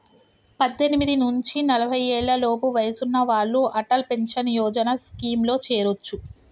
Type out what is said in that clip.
పద్దెనిమిది నుంచి నలభై ఏళ్లలోపు వయసున్న వాళ్ళు అటల్ పెన్షన్ యోజన స్కీమ్లో చేరొచ్చు